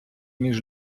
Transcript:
між